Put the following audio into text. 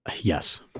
Yes